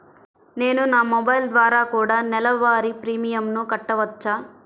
నేను నా మొబైల్ ద్వారా కూడ నెల వారి ప్రీమియంను కట్టావచ్చా?